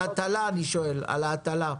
אני שואל על ההטלה.